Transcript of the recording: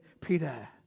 Peter